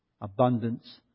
abundance